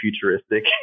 futuristic